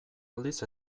aldiz